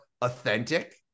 authentic